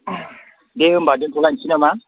दे होमबा दोनथ'लायसै नामा